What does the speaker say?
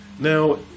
now